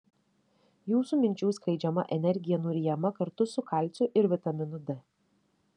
jūsų minčių skleidžiama energija nuryjama kartu su kalciu ir vitaminu d